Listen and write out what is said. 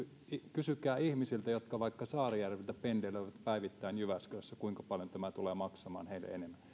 kysykää ihmisiltä jotka vaikka saarijärveltä pendelöivät päivittäin jyväskylässä kuinka paljon tämä tulee maksamaan heille enemmän